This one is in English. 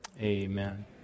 Amen